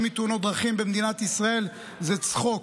מתאונות דרכים במדינת ישראל זה צחוק,